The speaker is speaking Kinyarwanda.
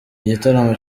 igitaramo